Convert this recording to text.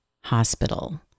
hospital